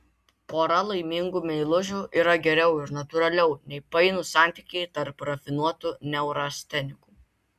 pora laimingų meilužių yra geriau ir natūraliau nei painūs santykiai tarp rafinuotų neurastenikų